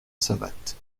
savates